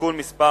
(תיקון מס'